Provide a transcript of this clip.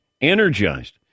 Energized